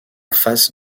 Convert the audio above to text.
face